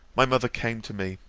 my mother came to me,